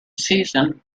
season